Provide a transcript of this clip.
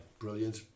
Brilliant